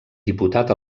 diputat